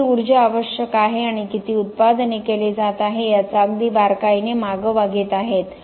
किती ऊर्जा आवश्यक आहे आणि किती उत्पादन केले जात आहे याचा अगदी बारकाईने मागोवा घेत आहेत